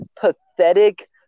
pathetic